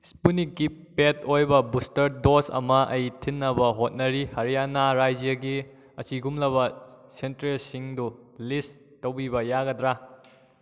ꯏꯁꯄꯨꯅꯤꯛꯀꯤ paid ꯑꯣꯏꯕ booster dose ꯑꯃ ꯑꯩ ꯊꯤꯅꯕ ꯍꯣꯠꯅꯔꯤ ꯍꯔꯤꯌꯥꯅ ꯔꯥꯖ꯭ꯌꯒꯤ ꯑꯁꯤꯒꯨꯝꯕꯂꯕ ꯁꯦꯟꯇꯔꯁꯤꯡꯗꯨ ꯂꯤꯁ ꯇꯧꯕꯤꯕ ꯌꯥꯒꯗ꯭ꯔꯥ